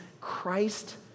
Christ